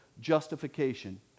justification